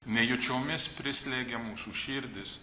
nejučiomis prislėgė mūsų širdis